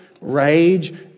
rage